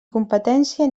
competència